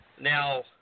Now